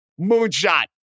moonshot